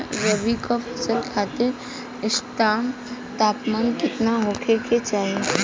रबी क फसल खातिर इष्टतम तापमान केतना होखे के चाही?